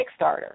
Kickstarter